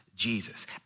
Jesus